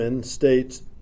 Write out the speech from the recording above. states